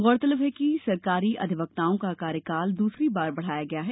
गौरतलब है कि सरकारी अधिवक्ताओं का कार्यकाल दूसरी बार बढ़ाया गया है